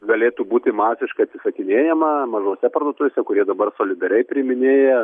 galėtų būti masiškai atsisakinėjama mažose parduotuvėse kurie dabar solidariai priiminėja